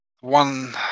One